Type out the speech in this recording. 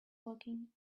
working